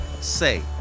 Say